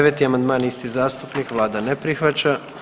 9. amandman, isti zastupnik, Vlada ne prihvaća.